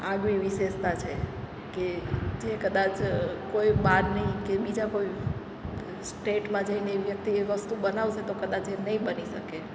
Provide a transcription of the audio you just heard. આગવી વિશેષતા છે કે જે કદાચ કોઈ બહારની કે બીજા કોઈ સ્ટેટમાં જઈને એ વ્યક્તિ એ વસ્તુ બનાવશે તો કદાચ એ નહીં બની શકે